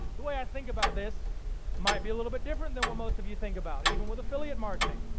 the way i think about this might be a little bit different than what most of you think about, even with affiliate marketing.